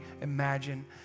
imagine